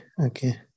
Okay